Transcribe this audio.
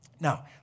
Now